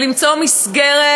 ולמצוא מסגרת,